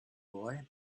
boy